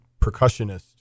percussionist